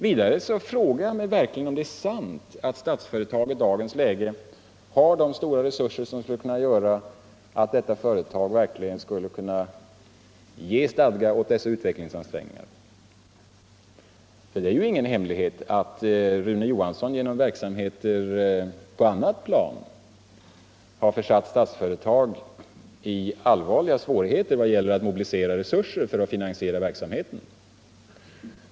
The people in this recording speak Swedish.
Vidare frågar jag mig verkligen om det är sant att Statsföretag i dagens läge har så stora resurser att det verkligen skulle kunna ge stadga åt dessa utvecklingsansträngningar. Det är ingen hemlighet att Rune Johansson genom verksamheter på annat plan har försatt Statsföretag i allvarliga svårigheter vad gäller att mobilisera resurser för att finansiera verksamheten.